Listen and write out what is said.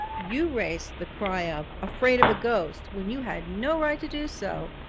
you raised the cry of afraid of a ghost when you had no right to do so,